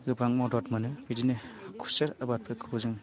गोबां मदद मोनो बिदिनो खुसेर आबादफोरखौबो जों